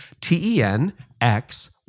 T-E-N-X-